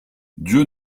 dieu